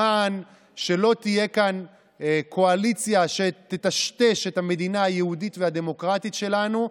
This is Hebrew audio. למען שלא תהיה כאן קואליציה שתטשטש את המדינה היהודית והדמוקרטית שלנו.